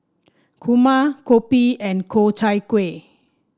kurma kopi and Ku Chai Kueh